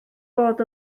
bod